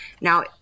Now